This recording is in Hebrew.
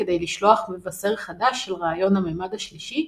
כדי לשלוח מבשר חדש של רעיון הממד השלישי,